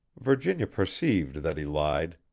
virginia perceived that he lied,